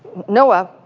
noah,